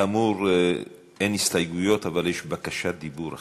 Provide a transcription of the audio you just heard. כאמור, אין הסתייגויות, אבל יש בקשת דיבור אחת.